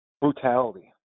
Brutality